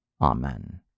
Amen